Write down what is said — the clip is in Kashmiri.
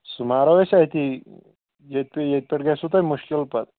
سُہ مارو أسۍ أتی ییٚتہِ ییٚتہِ پیٚٹھ گژھِوٕ تۄہہِ مُشکِل پَتہٕ